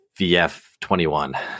vf-21